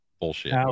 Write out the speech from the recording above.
bullshit